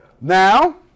Now